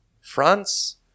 France